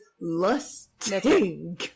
lusting